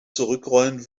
zurückrollen